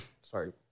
sorry